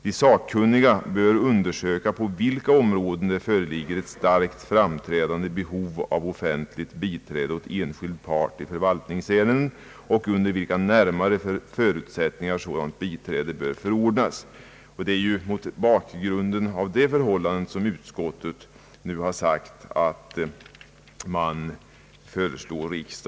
De sakkunniga bör undersöka på vilka områden det föreligger ett starkt framträdande behov av offentligt biträde åt enskild part i förvaltningsärenden och under vilka närmare förutsättningar sådant biträde bör förordnas.» Det är mot bakgrunden av det förhållandet som utskottet nu föreslår riksdagen besluta att motionerna inte föranleder någon åtgärd.